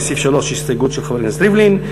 לסעיף 3 יש הסתייגות של חבר הכנסת ריבלין,